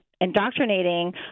indoctrinating